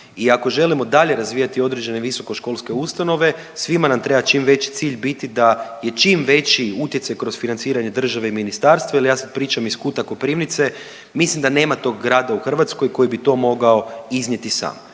I ako želimo dalje razvijati određene visokoškolske ustanove svima nam treba čim veći cilj biti da je čim veći utjecaj kroz financiranje države i ministarstva jer ja sada pričam iz kuta Koprivnice, mislim da nema tog grada u Hrvatskoj koji bi to mogao iznijeti sam.